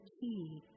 key